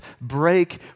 break